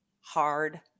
hard